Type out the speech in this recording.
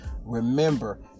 Remember